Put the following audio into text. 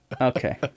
okay